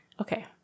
okay